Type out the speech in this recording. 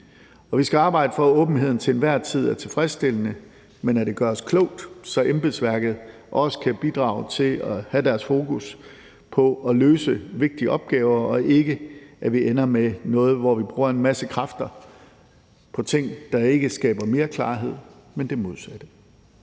Og vi skal arbejde for, at åbenheden til enhver tid er tilfredsstillende, men at det gøres klogt, så embedsværket kan have deres fokus på at løse vigtige opgaver, så vi ikke ender med noget, hvor vi bruger en masse kræfter på ting, der ikke skaber mere klarhed, men det modsatte.